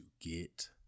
get